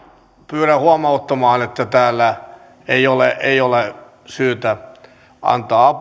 pyydän saada huomauttaa että täällä ei ole syytä antaa